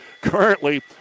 Currently